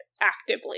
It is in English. actively